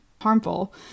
harmful